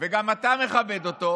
וגם אתה מכבד אותו,